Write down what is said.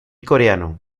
coreano